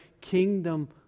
kingdom